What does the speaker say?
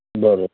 बरो